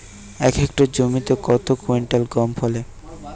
এক হেক্টর জমিতে কত কুইন্টাল গম ফলে?